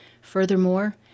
Furthermore